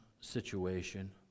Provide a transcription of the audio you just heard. situation